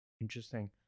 Interesting